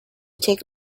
take